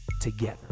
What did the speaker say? together